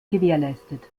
gewährleistet